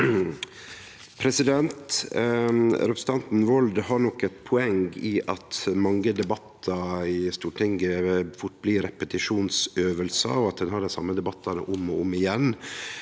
Representanten Wold har nok eit poeng i at mange debattar i Stortinget fort blir repetisjonsøvingar, at ein har dei same debattane om og om igjen,